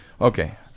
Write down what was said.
Okay